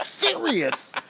serious